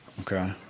Okay